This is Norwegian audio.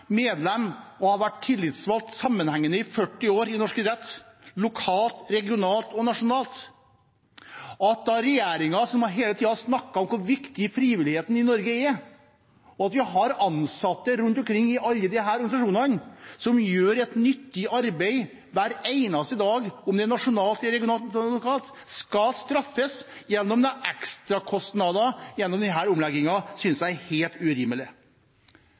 medlem og tillitsvalgt sammenhengende i 40 år i norsk idrett – lokalt, regionalt og nasjonalt. Regjeringen snakker hele tiden om hvor viktig frivilligheten i Norge er. At ansatte rundt omkring i alle disse organisasjonene som gjør et nyttig arbeid hver eneste dag, om det er nasjonalt, regionalt eller lokalt, skal straffes gjennom ekstrakostnader ved denne omleggingen, synes jeg er helt urimelig.